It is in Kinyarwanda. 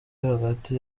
hagati